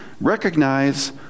Recognize